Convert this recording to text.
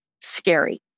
scary